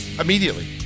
Immediately